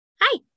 hi